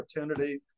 opportunity